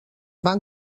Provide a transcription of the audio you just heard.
van